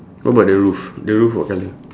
what about the roof the roof what colour